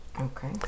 Okay